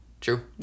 True